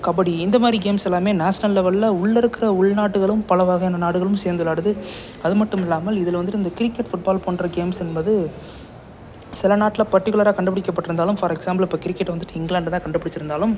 கபடி இந்தமாதிரி கேம்ஸ் எல்லாம் நேஷ்னல் லெவலில் உள்ளே இருக்கிற உள்நாடுகளும் பல வகையான நாடுகளும் சேர்ந்து விளாடுது அது மட்டும் இல்லாமல் இதில் வந்துவிட்டு இந்த கிரிக்கெட் ஃபுட்பால் போன்ற கேம்ஸ் என்பது சில நாட்டில் பர்டிகுலராக கண்டுபிடிக்கப்பட்டு இருந்தாலும் ஃபார் எக்ஸ்சாம்புள் இப்போ கிரிக்கெட்டை வந்துவிட்டு இங்லாண்டு தான் கண்டுபிடிச்சிருந்தாலும்